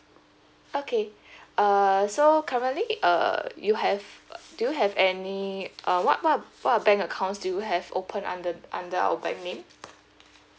okay uh so currently uh you have uh do you have any uh what what bank accounts do you have open under under our bank name